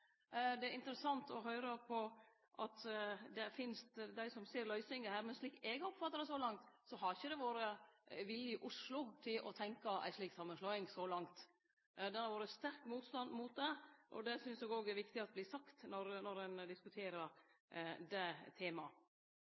Det er interessant å høyre at det finst dei som ser løysingar her, men slik eg oppfattar det så langt, har det ikkje vore vilje i Oslo til å tenkje på ei slik samanslåing så langt. Det har vore sterk motstand mot det, og det synest eg òg er viktig vert sagt når me diskuterer det